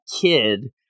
kid